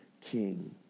king